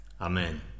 Amen